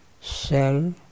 cell